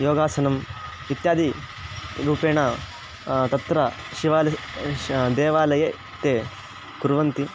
योगासनम् इत्यादि रूपेण तत्र शिवाल देवालये ते कुर्वन्ति